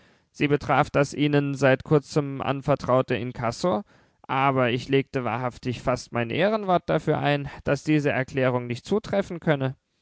sie betraf das ihnen seit kurzem anvertraute inkasso aber ich legte wahrhaftig fast mein ehrenwort dafür ein daß diese erklärung nicht zutreffen könne